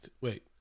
Wait